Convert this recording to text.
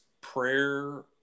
prayer